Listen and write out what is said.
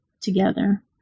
together